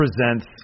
presents